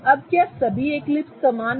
अब क्या सभी एक्लिप्स समान हैं